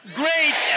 great